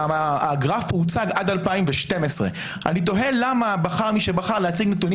הגרף הוצג עד 2012. אני תוהה למה בחר מי שבחר להציג נתונים